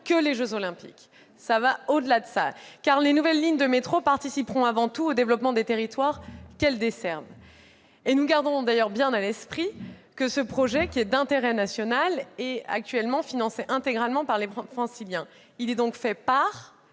que les jeux Olympiques. Les nouvelles lignes de métro participeront avant tout au développement des territoires qu'elles desserviront. Ah oui ? Nous gardons bien à l'esprit que ce projet, qui est d'intérêt national, est actuellement financé intégralement par les Franciliens. Il est donc fait par